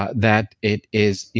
ah that it is.